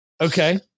Okay